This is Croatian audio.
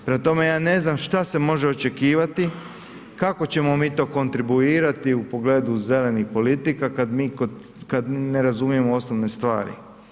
Prema tome, ja ne znam šta se može očekivati, kako ćemo mi to kontribuirati u pogledu zelenih politika kad mi kod, kad ne razumijemo osnovne stvari.